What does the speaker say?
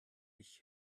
ich